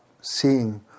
seeing